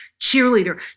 cheerleader